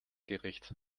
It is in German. gericht